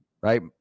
right